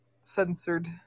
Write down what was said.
censored